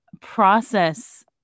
process